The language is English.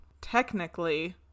technically